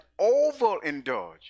overindulge